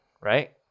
Right